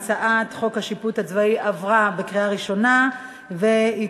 להעביר את הצעת חוק השיפוט הצבאי (תיקון מס' 70) (חקירת סיבות מוות),